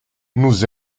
nous